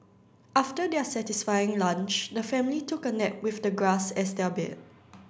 after their satisfying lunch the family took a nap with the grass as their bed